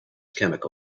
chemicals